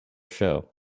show